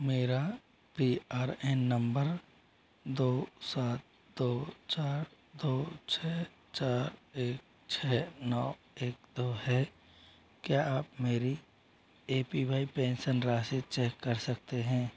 मेरा P R A N number दो सात दो चार दो छः चार एक छः नौ एक दो है क्या आप मेरी ए पी वाई पेंसन राशि चेक कर सकते हैं